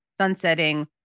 sunsetting